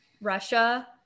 russia